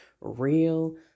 real